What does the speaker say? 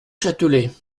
châtelet